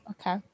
Okay